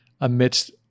amidst